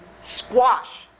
squash